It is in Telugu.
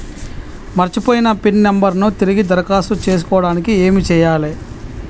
మర్చిపోయిన పిన్ నంబర్ ను తిరిగి దరఖాస్తు చేసుకోవడానికి ఏమి చేయాలే?